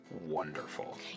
wonderful